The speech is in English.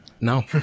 no